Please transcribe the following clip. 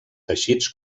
teixits